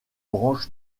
branche